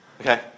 Okay